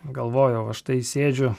galvojau va štai sėdžiu